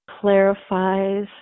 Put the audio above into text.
clarifies